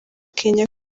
kenya